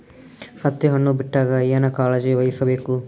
ಹತ್ತಿ ಹಣ್ಣು ಬಿಟ್ಟಾಗ ಏನ ಕಾಳಜಿ ವಹಿಸ ಬೇಕು?